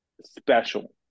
special